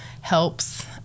helps